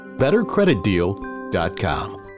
BetterCreditDeal.com